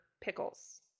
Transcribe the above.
pickles